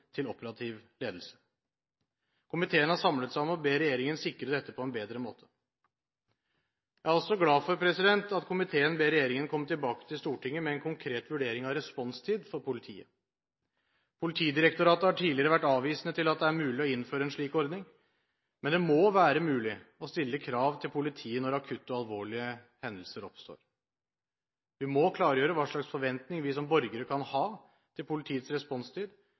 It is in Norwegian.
til operativ ledelse. Komiteen har samlet seg om å be regjeringen sikre dette på en bedre måte. Jeg er også glad for at komiteen ber regjeringen komme tilbake til Stortinget med en konkret vurdering av responstid for politiet. Politidirektoratet har tidligere vært avvisende til at det er mulig å innføre en slik ordning, men det må være mulig å stille krav til politiet når akutte og alvorlige hendelser oppstår. Vi må klargjøre hva slags forventninger vi som borgere kan ha til politiets